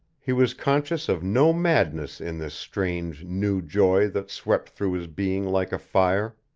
he was conscious of no madness in this strange, new joy that swept through his being like a fire